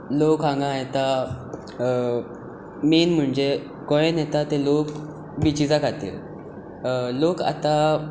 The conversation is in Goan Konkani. लोक हांगा येता मैन म्हणजे कळ्ळें न्हय आतां ते लोक बिचीसां खातीर लोक आतां